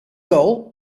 goal